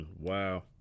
Wow